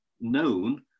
known